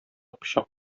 пычак